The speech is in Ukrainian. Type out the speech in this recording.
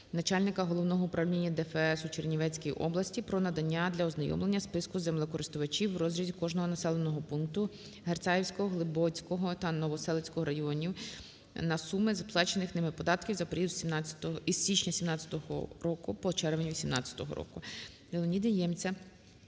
начальника Головного управління ДФС у Чернівецькій області про надання для ознайомлення списку землекористувачів в розрізі кожного населеного пункту Герцаївського, Глибоцького та Новоселицького районів та суми сплачених ними податків за період із січня 17-го року по червень 18-го року. Леоніда Ємця